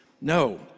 No